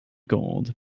gold